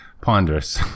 ponderous